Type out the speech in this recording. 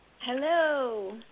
Hello